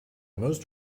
most